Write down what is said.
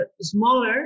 smaller